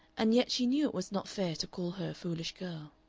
and yet she knew it was not fair to call her a foolish girl.